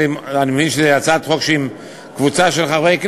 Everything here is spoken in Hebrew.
אני מבין שזאת הצעת חוק של קבוצה של חברי הכנסת,